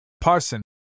Parson